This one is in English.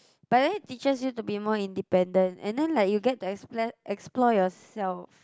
but that teaches you to be more independent and then like you get to explore explore yourself